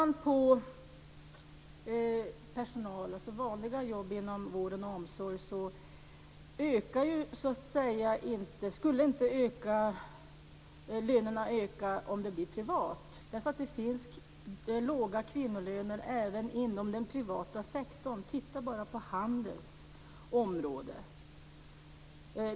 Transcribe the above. När det gäller vanliga jobb inom vård och omsorg skulle inte lönerna öka om det skedde en privatisering, därför att det finns låga kvinnolöner även inom den privata sektorn. Titta bara på Handels område!